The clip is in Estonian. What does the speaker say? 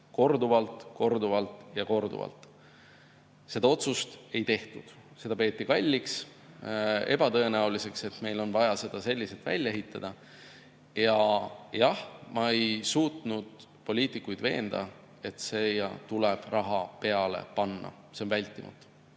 korduvalt, korduvalt ja korduvalt. Seda otsust ei tehtud, seda peeti kalliks, ebatõenäoliseks, et meil on vaja seda selliselt välja ehitada. Jah, ma ei suutnud poliitikuid veenda, et siia tuleb raha peale panna, et see on vältimatu.